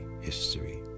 history